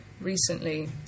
recently